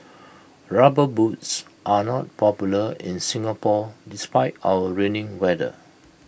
rubber boots are not popular in Singapore despite our rainy weather